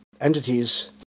entities